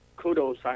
Kudos